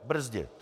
Brzdit.